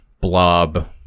blob